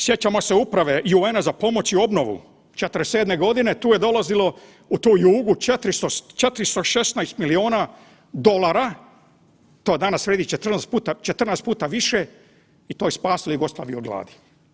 Sjećamo se uprave UN-a za pomoć i obnovu, '47. g. tu je dolazilo u tu "Jugu" 416 milijuna dolara, to danas vrijedi 14 puta više i to je spasilo Jugoslaviju od gladi.